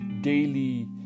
daily